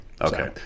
Okay